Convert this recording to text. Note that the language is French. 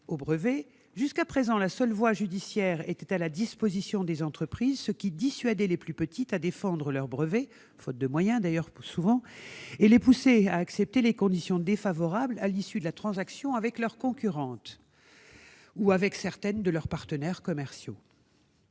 aux brevets. Jusqu'à présent, seule la voie judiciaire était à la disposition des entreprises, ce qui dissuadait les plus petites de défendre leurs brevets, souvent faute de moyens, et les poussait à accepter des conditions défavorables à l'issue de transactions avec leurs concurrentes ou avec certains de leurs partenaires commerciaux.